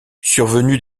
survenue